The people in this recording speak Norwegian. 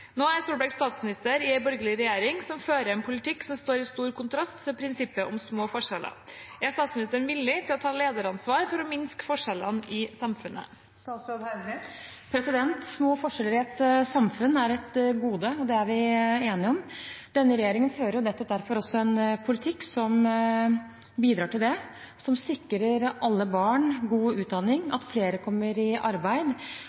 Nå er Solberg statsminister i en borgerlig regjering som fører en politikk som står i stor kontrast til prinsippet om små forskjeller. Er statsministeren villig til å ta lederansvar for å minske forskjellene i samfunnet?» Små forskjeller i et samfunn er et gode, og det er vi enige om. Denne regjeringen fører nettopp derfor en politikk som bidrar til det, som sikrer alle barn god utdanning, at flere kommer i arbeid,